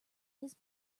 his